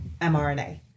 mRNA